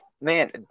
man